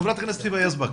חברת הכנסת היבה יזבק.